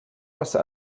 passar